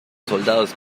soldados